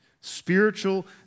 Spiritual